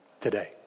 today